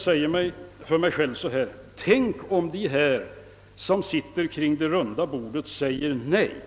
Jag säger mig då: Tänk om de som sitter kring detta runda bord säger nej.